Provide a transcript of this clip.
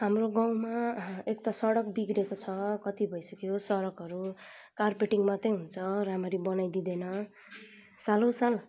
हाम्रो गाउँमा एक त सडक बिग्रेको छ कति भइसक्यो सडकहरू कार्पेटिङ मात्र हुन्छ राम्ररी बनाई दिँदैन सालो साल